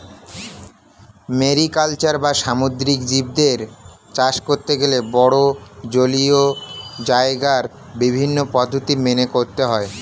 mariculture বা সামুদ্রিক জীবদের চাষ করতে গেলে বড়ো জলীয় জায়গায় বিভিন্ন পদ্ধতি মেনে করতে হয়